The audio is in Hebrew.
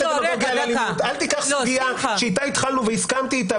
אל תיקח סוגיה שהתחלנו והסכמתי לה,